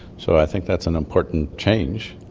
so i think that's an important change.